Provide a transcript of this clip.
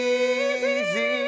easy